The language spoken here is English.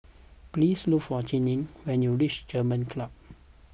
please look for Cheri when you reach German Club